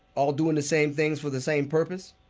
all doing the same things for the same purpose,